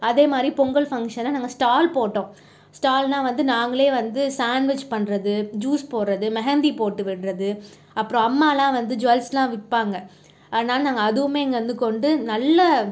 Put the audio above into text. அதே மாதிரி பொங்கல் ஃபங்ஷனில் நாங்கள் ஸ்டால் போட்டோம் ஸ்டால்னா வந்து நாங்களே வந்து சான்ட்விச் பண்றது ஜூஸ் போடுறது மெஹந்தி போட்டு விடறது அப்புறம் அம்மாவெலாம் வந்து ஜுவல்ஸ்லாம் விற்பாங்க அதனால் அதுவுமே இங்கே வந்து கொண்டு நல்ல